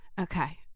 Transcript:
okay